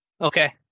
Okay